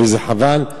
וזה חבל.